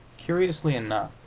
curiously enough,